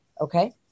Okay